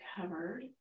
covered